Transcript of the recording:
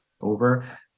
over